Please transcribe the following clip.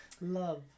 Love